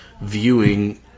viewing